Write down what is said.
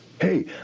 Hey